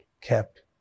kept